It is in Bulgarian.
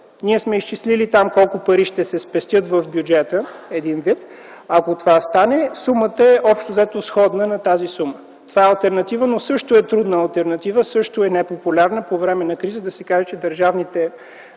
Ние сме изчислили там колко пари ще се спестят в бюджета, ако това стане. Сумата общо взето е сходна на тази сума. Това е алтернатива, но също е трудна алтернатива, също е непопулярна по време на криза да се каже, че държавните